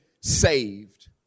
saved